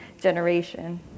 generation